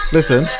Listen